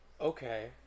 Okay